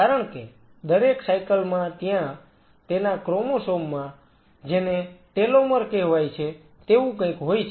કારણ કે દરેક સાયકલ માં ત્યાં તેના ક્રોમોસોમ માં જેને ટેલોમર કહેવાય છે તેવું કંઈક હોય છે